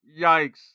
Yikes